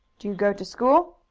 do you go to school?